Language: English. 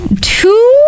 two